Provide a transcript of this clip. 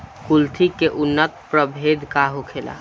कुलथी के उन्नत प्रभेद का होखेला?